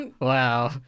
Wow